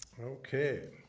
Okay